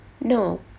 No